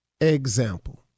Example